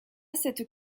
cette